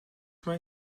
mae